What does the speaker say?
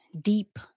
deep